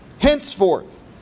Henceforth